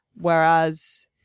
Whereas